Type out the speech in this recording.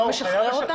חייב לשחרר.